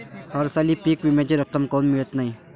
हरसाली पीक विम्याची रक्कम काऊन मियत नाई?